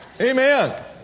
Amen